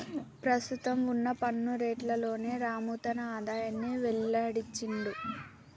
ప్రస్తుతం వున్న పన్ను రేట్లలోనే రాము తన ఆదాయాన్ని వెల్లడించిండు